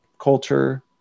culture